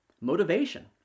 motivation